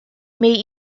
may